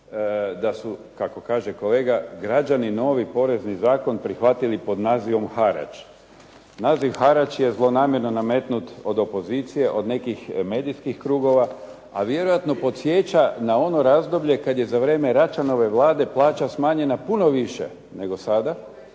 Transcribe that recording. da su kako kaže kolega građani novi Porezni zakon prihvatili pod nazivom harač. Naziv harač je zlonamjerno nametnut od opozicije, od nekih medijskih krugova a vjerojatno podsjeća na ono razdoblje kada je za vrijeme Račanove Vlade plaća smanjena puno više nego sada.